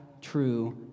true